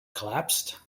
collapsed